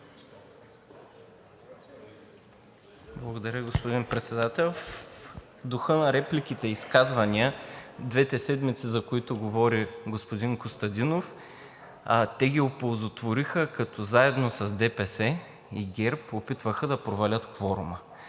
Благодаря, господин Председател. В духа на репликите и изказвания двете седмици, за които говори господин Костадинов, те ги оползотвориха, като заедно с ДПС и ГЕРБ опитваха да провалят кворума,